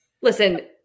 listen